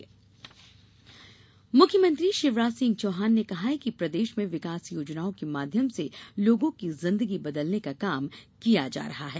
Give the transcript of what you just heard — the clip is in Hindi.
सीएम सहकारिता मुख्यमंत्री शिवराज सिंह चौहान ने कहा है कि प्रदेश में विकास योजनाओं के माध्यम से लोगों की जिंदगी बदलने का काम किया जा रहा है